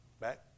Back